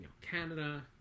Canada